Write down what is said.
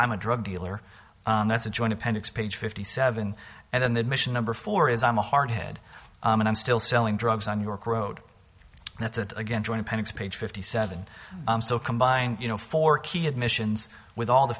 i'm a drug dealer that's a joint appendix page fifty seven and then the admission number four is i'm a hard head and i'm still selling drugs on york road and that's it again join appendix page fifty seven so combine you know four key admissions with all the